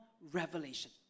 Revelation